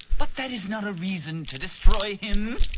but that is not a reason to destroy him.